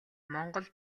монгол